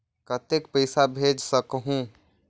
कतेक पइसा भेज सकहुं?